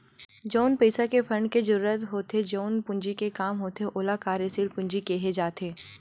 जउन पइसा के फंड के जरुरत होथे जउन पूंजी के काम होथे ओला कार्यसील पूंजी केहे जाथे